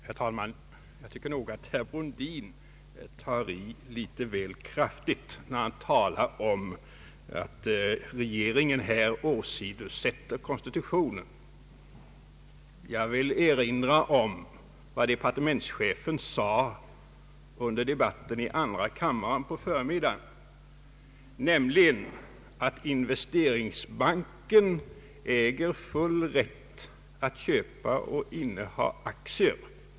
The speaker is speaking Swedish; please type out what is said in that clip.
Herr talman! Jag tycker nog att herr Brundin tar i litet väl kraftigt, när han talar om att regeringen här åsidosättter konstitutionen. Jag vill erinra om vad departementschefen sade under debatten i andra kammaren på förmiddagen, nämligen att Investeringsbanken äger full rätt att köpa och inneha aktier.